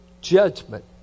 judgment